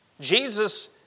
Jesus